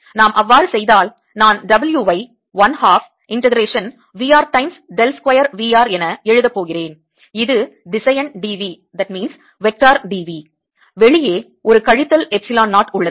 நாம் அவ்வாறு செய்தால் நான் W ஐ 1 half integration V r times del square V r என எழுதப் போகிறேன் இது திசையன் dV வெளியே ஒரு கழித்தல் எப்சிலன் 0 உள்ளது